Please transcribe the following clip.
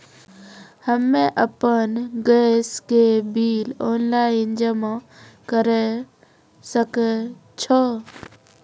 हम्मे आपन गैस के बिल ऑनलाइन जमा करै सकै छौ?